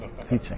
teaching